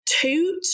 toot